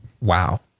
Wow